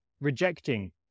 rejecting